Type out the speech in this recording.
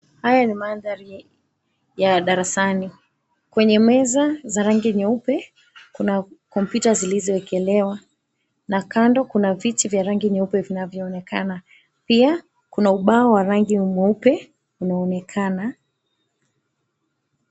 Haya ni mandhari ya darasani, kwenye meza za rangi nyeupe, kuna kompyuta zilizoekelewa na kando kuna viti vya rangi nyeupe vinaonekana. Pia kuna ubao wa rangi mweupe unaonekana.